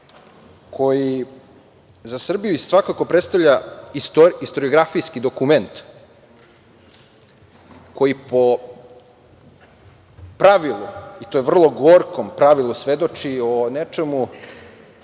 koji za Srbiju svakako predstavlja istoriografijski dokument koji po pravilu, i to vrlo gorkom pravilu, svedoči o nečemu